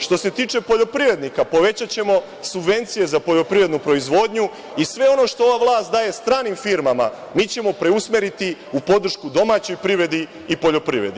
Što se tiče poljoprivrednika, povećaćemo subvencije za poljoprivrednu proizvodnju i sve ono što ova vlast daje stranim firmama mi ćemo preusmeriti u podršku domaćoj privredi i poljoprivredi.